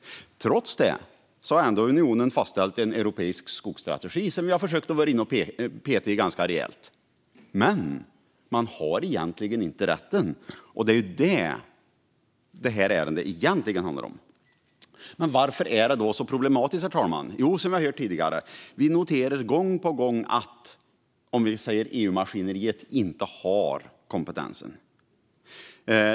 Trots det har unionen ändå fastställt en europeisk skogsstrategi, som vi har försökt att peta i ganska rejält. Men EU har egentligen inte rätten, och det är detta det här ärendet egentligen handlar om. Herr talman! Varför är detta problematiskt? Jo, som vi har hört tidigare noterar vi gång på gång att EU-maskineriet inte har kompetensen.